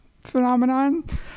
phenomenon